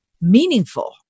meaningful